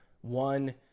one